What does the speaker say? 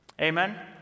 Amen